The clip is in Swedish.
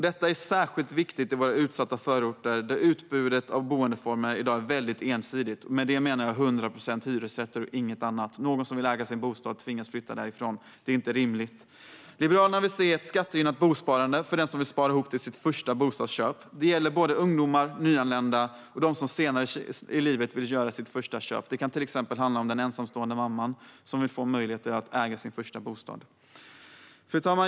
Detta är särskilt viktigt i utsatta förorter där utbudet av boendeformer i dag är väldigt ensidigt. Med "ensidigt" menar jag 100 procent hyresrätter och inget annat. Den som vill äga sin bostad tvingas flytta därifrån, vilket inte är rimligt. Liberalerna vill se ett skattegynnat bosparande för den som vill spara ihop till sitt första bostadsköp. Detta gäller såväl ungdomar som nyanlända och de som senare i livet vill göra sitt första bostadsköp. Det kan till exempel handla om den ensamstående mamman som vill få möjlighet att äga sin första bostad. Fru talman!